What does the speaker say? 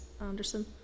Anderson